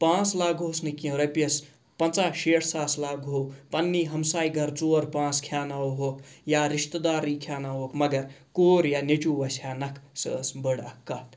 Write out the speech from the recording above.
پانٛژھ لاگہوس نہٕ کینٛہہ رۄپیَس پنٛژاہ شیٹھ ساس لاگہو پَننی ہمساے گَرٕ ژور پانٛژھ کھیاو ناوہوکھ یا رِشتہٕ دارٕے کھیاوناوہوکھ مگر کوٗر یا نیٚچوٗ وَسہِ ہا نَکھ سۄ ٲس بٔڑ اَکھ کَتھ